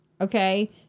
Okay